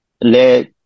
let